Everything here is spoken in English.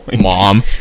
Mom